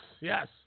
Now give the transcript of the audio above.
yes